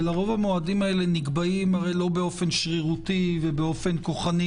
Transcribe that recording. ולרוב המועדים הללו נקבעים לא באופן שרירותי ובאופן כוחני